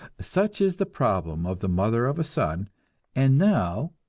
such is the problem of the mother of a son and now,